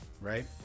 right